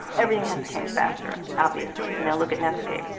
everything has to change faster, obviously, you know, look at netscape.